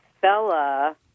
fella